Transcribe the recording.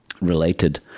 related